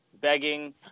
begging